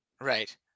right